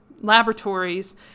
laboratories